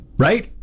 Right